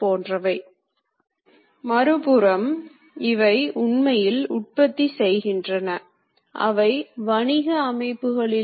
மேலும் table drive சுழற்சி இயக்கத்தைக் கொண்டுள்ளது